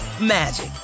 magic